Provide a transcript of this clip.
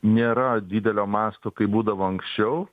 nėra didelio masto kaip būdavo anksčiau